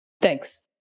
Thanks